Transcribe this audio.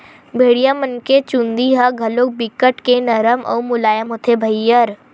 भेड़िया मन के चूदी ह घलोक बिकट के नरम अउ मुलायम होथे भईर